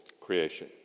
creation